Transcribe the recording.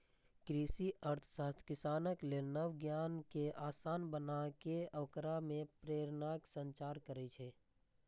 कृषि अर्थशास्त्र किसानक लेल नव ज्ञान कें आसान बनाके ओकरा मे प्रेरणाक संचार करै छै